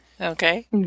okay